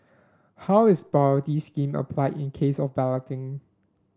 how is priority scheme applied in case of balloting